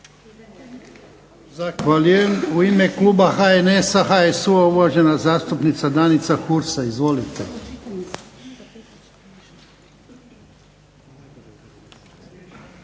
Zahvaljujem. U ime kluba HNS-HSU-a uvažena zastupnica Danica Hursa. Izvolite.